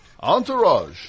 Entourage